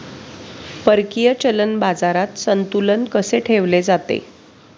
परकीय चलन बाजारात संतुलन कसे ठेवले जाते?